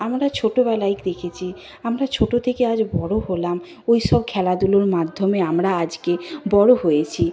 আমরা ছোটবেলায় দেখেছি আমরা ছোট থেকে আজ বড় হলাম ওই সব খেলাধুলোর মাধ্যমে আমরা আজকে বড় হয়েছি